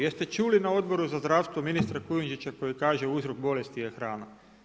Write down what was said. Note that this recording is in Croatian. Jeste čuli na Odboru za zdravstvo ministra Kujundžića koji kaže uzrok bolesti je hrana.